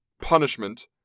punishment